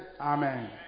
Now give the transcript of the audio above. Amen